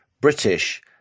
British